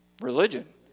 religion